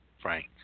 Frank